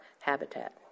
habitat